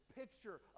picture